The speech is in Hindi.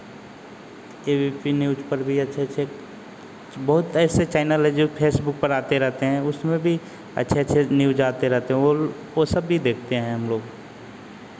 ए बी पी न्यूज़ पर भी अच्छे अच्छे अच्छे बहुत ऐसे चैनल हैं जो फेसबुक पर आते रहते हैं उसमें भी अच्छे अच्छे न्यूज़ आते रहते हैं वो ल वो सब भी देखते हैं हम लोग